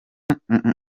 nkunda